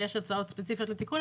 יש הצעות ספציפיות לתיקון,